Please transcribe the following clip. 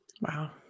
Wow